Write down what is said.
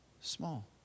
small